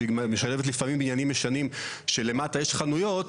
שמשלבת לפעמים בניינים ישנים שלמטה יש חנויות,